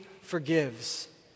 forgives